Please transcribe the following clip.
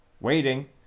Waiting